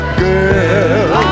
girl